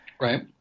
Right